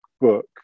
book